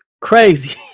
crazy